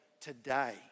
today